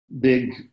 big